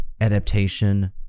adaptation